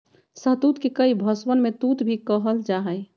शहतूत के कई भषवन में तूत भी कहल जाहई